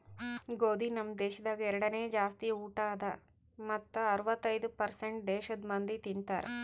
ಗೋದಿ ನಮ್ ದೇಶದಾಗ್ ಎರಡನೇ ಜಾಸ್ತಿ ಊಟ ಅದಾ ಮತ್ತ ಅರ್ವತ್ತೈದು ಪರ್ಸೇಂಟ್ ದೇಶದ್ ಮಂದಿ ತಿಂತಾರ್